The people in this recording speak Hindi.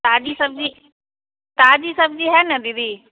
ताजी सब्जी ताजी सब्जी है न दीदी